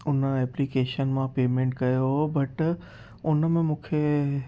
हुन एप्लीकेशन मां पेमेंट कयो हुओ बट हुन में मूंखे